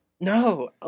No